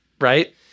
right